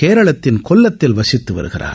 கேரளத்தின் கொல்லத்தில் வசித்து வருகிறார்